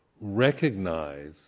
recognize